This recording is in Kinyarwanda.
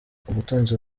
ubutunzi